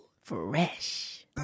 Fresh